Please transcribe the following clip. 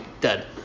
Dead